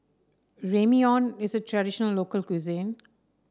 ramyeon is a traditional local cuisine